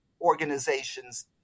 organizations